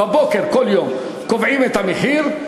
בבוקר כל יום קובעים את המחיר,